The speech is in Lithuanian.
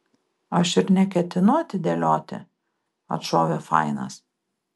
aš ir neketinu atidėlioti atšovė fainas